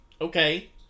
okay